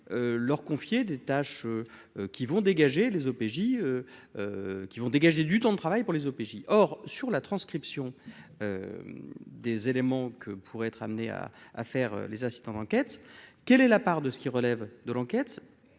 vont dégager les OPJ qui vont dégager du temps de travail pour les OPJ or sur la transcription des éléments que pourrait être amenés à à faire les assistants d'enquête, quelle est la part de ce qui relève de l'enquête,